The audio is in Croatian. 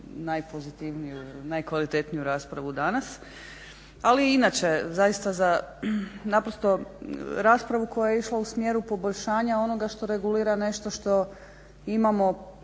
najpozitivniju ili najkvalitetniju raspravu danas, ali inače zaista za naprosto raspravu koja je išla u smjeru poboljšanja onoga što regulira nešto što imamo